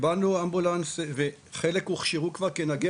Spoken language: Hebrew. קיבלנו אמבולנס קהילתי וחלק הוכשרו כבר כנהגי